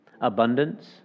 Abundance